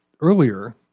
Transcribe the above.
earlier